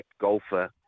golfer